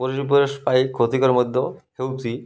ପରିବେଶ ପାଇଁ କ୍ଷତିକାରକ ହେଉଛି